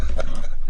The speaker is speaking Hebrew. חבר הכנסת יעקב אשר.